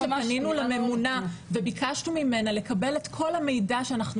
כשפנינו לממונה וביקשנו ממנה לקבל את כל המידע שאנחנו